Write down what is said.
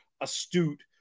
astute